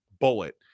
Bullet